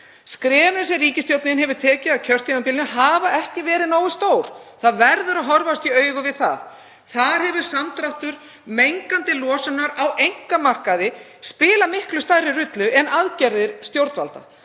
Skrefin sem ríkisstjórnin hefur tekið á kjörtímabilinu hafa ekki verið nógu stór, það verður að horfast í augu við það. Þar hefur samdráttur mengandi losunar á einkamarkaði spilað miklu stærri rullu en aðgerðir stjórnvalda.